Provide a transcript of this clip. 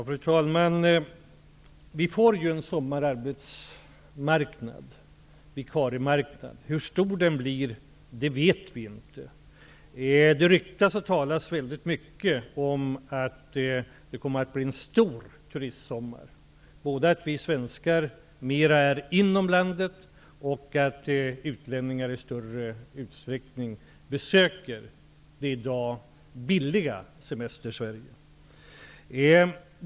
Fru talman! Vi får ju en sommararbetsmarknad -- vikariearbetsmarknad. Vi vet inte hur stor den blir. Det ryktas och talas mycket om att det kommer att bli en bra turistsommar, både genom att vi svenskar mer kommer att vara inom landet och genom att utlänningar i större utsträckning kommer att besöka det i dag billiga Semestersverige.